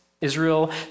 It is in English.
Israel